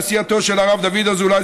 עשייתו של הרב דוד אזולאי,